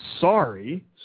sorry